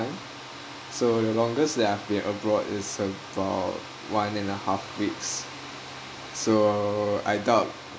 so the longest that I've been abroad is about one and a half weeks so I doubt